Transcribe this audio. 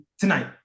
tonight